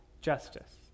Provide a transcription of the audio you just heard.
justice